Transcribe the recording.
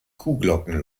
kuhglocken